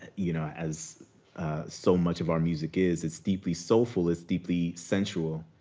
you know as so much of our music is, it's deeply soulful, it's deeply sensual.